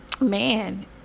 man